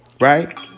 right